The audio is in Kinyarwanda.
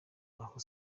aho